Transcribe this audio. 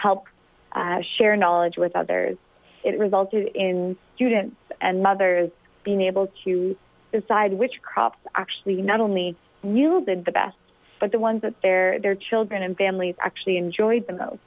help share knowledge with others it resulted in students and mothers being able to decide which crops actually not only yielded the best but the ones that their children and families actually enjoyed the most